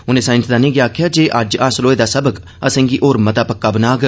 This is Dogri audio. उनें साईंसदानें गी आखेआ जे अज्ज हासल होए दा सबक असें'गी होर मता पक्का बनाग